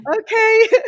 okay